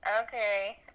Okay